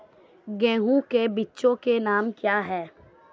गेहूँ के बीजों के नाम बताओ?